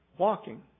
walking